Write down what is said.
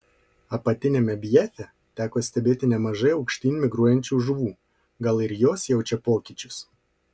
apatiniame bjefe teko stebėti nemažai aukštyn migruojančių žuvų gal ir jos jaučia pokyčius